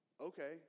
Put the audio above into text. Okay